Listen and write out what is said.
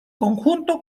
conjunto